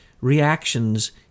reactions